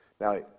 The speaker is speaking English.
Now